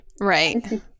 Right